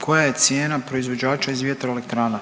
koja je cijena proizvođača iz vjetroelektrana?